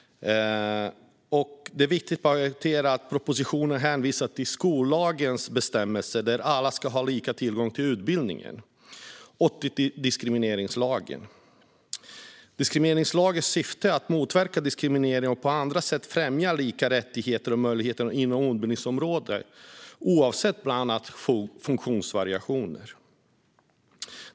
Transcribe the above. Det är viktigt att poängtera att propositionen hänvisar till skollagens bestämmelser, att alla ska ha lika tillgång till utbildning, och till diskrimineringslagen. Diskrimineringslagens syfte är att motverka diskriminering och att på andra sätt främja lika rättigheter och möjligheter inom utbildningsområdet oavsett, bland annat, funktionsvariationer.